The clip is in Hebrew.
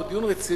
הוא דיון רציני,